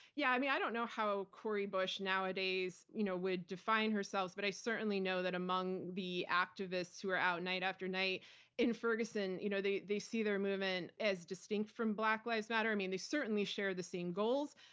yeah, i mean, i don't know how cori bush nowadays you know would define herself, but i certainly know that among the activists who are out night after night in ferguson, you know they they see their movement as distinct from black lives matter. i mean, they certainly share the same goals,